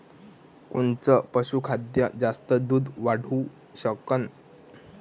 कोनचं पशुखाद्य जास्त दुध वाढवू शकन?